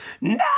no